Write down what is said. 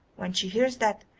when she hears that,